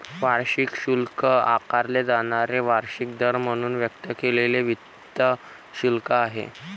वार्षिक शुल्क आकारले जाणारे वार्षिक दर म्हणून व्यक्त केलेले वित्त शुल्क आहे